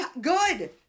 good